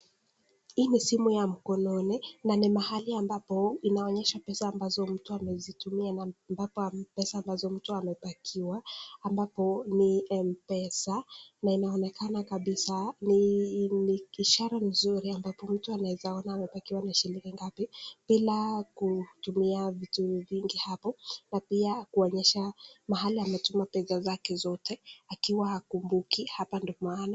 Hii ni simu ya mkononi na ni mahali ambapo inaonyesha pesa ambazo mtu amezitumia na ambapo pesa ambazo mtu amebakiwa ambapo ni M-Pesa na inaonekana kabisa ni ishara nzuri ambapo mtu anaweza ona amebakiwa na shilingi ngapi bila kutumia vitu vingi hapo na pia kuonyesha mahali ametuma pesa zake zote akiwa hakumbuki. Hapa ndio maana.